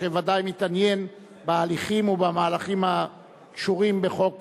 שוודאי מתעניין בהליכים ובמהלכים הקשורים בחוק